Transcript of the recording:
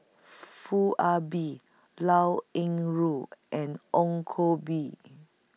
Foo Ah Bee Liao Yingru and Ong Koh Bee